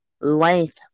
length